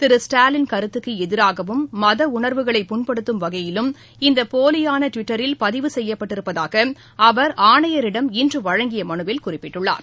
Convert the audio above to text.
திரு ஸ்டாலின் கருத்துக்கு எதிராகவும் மத உணர்வுகளை புண்படுத்தும் வகையிலும் இந்த போலியான ட்விட்டரில் பதிவு செய்யப்பட்டிருப்பதாக அவர் ஆணையரிடம் இன்று வழங்கிய மனுவில் குறிப்பிட்டுள்ளார்